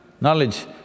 knowledge